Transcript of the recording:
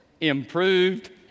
improved